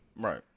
Right